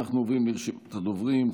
אנחנו עוברים לרשימת הדוברים.